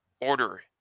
order